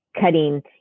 cutting